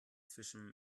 zwischen